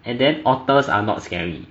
and then otters are not scary